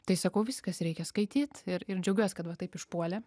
tai sakau viskas reikia skaityt ir ir džiaugiuos kad va taip išpuolė